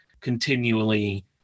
continually